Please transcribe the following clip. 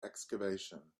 excavation